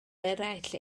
eraill